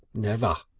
never.